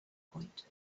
point